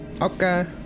Okay